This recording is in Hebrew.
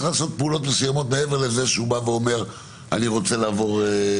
לעשות פעולות מעבר לזה שהוא אומר "אני רוצה לעבור"?